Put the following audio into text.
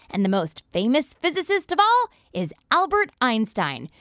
and the most famous physicist of all is albert einstein,